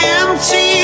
empty